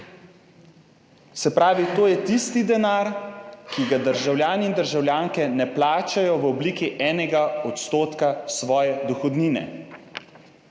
Se pravi, to je tisti denar, ki ga državljani in državljanke ne plačajo v obliki 1 % svoje dohodnine.